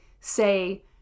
say